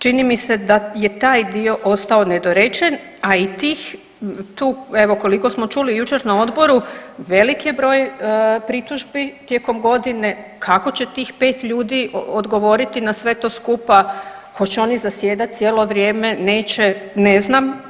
Čini mi se da je taj dio ostao nedorečen, a i tih, tu, evo, koliko smo čuli, jučer na Odboru, velik je broj pritužbi tijekom godine, kako će tih 5 ljudi odgovoriti na sve to skupa, hoće oni zasjedati cijelo vrijeme, neće, ne znam.